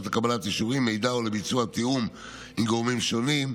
לקבלת אישורים ומידע ולביצוע תיאום עם גורמים שונים.